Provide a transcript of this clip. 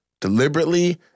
deliberately